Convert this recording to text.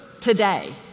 today